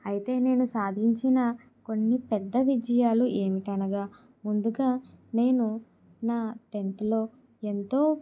అయితే నేను సాధించిన కొన్ని పెద్ద విజయాలు ఏమిటి అనగా ముందుగా నేను నా టెన్త్ లో ఎంతో